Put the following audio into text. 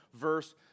verse